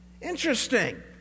Interesting